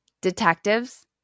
detectives